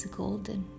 golden